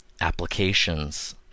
applications